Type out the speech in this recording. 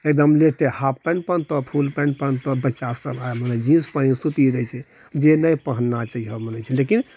एकदम लेतय half pant पहनतौ फुल पैन्ट पहनतौ बच्चासभ आइ मने जीन्स पहिन सूति जाइ छै जे नहि पहनना चाहिए हम बोलैत छियै लेकिन